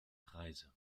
preise